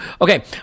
Okay